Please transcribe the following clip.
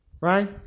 Right